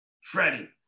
Freddie